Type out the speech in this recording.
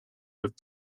with